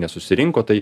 nesusirinko tai